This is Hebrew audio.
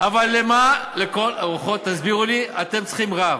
אבל למה לכל הרוחות, תסבירו לי, אתם צריכים רב?